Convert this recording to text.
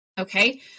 okay